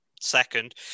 second